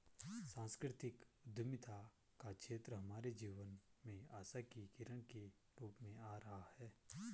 सांस्कृतिक उद्यमिता का क्षेत्र हमारे जीवन में आशा की किरण के रूप में आ रहा है